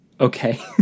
Okay